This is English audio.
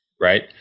right